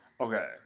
okay